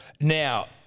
Now